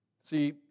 See